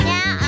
Now